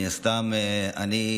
מן הסתם אני,